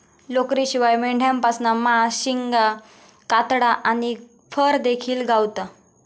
लोकरीशिवाय मेंढ्यांपासना मांस, शिंगा, कातडा आणि फर देखिल गावता